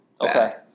Okay